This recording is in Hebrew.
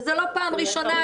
וזאת לא פעם ראשונה.